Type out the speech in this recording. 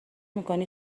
میکنی